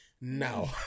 now